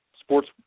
Sports